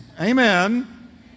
Amen